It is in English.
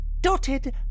dotted